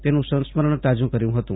તેનું સંસ્મરણ તાજું કર્યું હતું